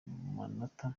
amanota